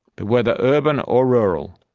but whether urban or rural,